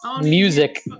music